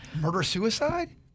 Murder-suicide